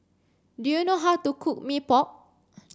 do you know how to cook Mee Pok